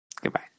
Goodbye